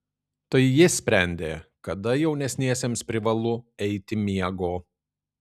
tai jis sprendė kada jaunesniesiems privalu eiti miego